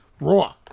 Raw